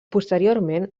posteriorment